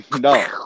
No